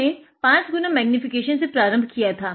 हमने 5 गुना मैग्नीफीकेशन से प्रारम्भ किया था